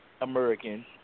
American